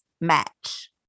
match